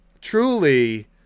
truly